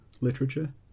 literature